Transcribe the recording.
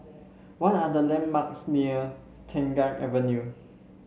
what are the landmarks near Tengah Avenue